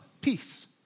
peace